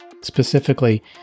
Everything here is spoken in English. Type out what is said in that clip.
Specifically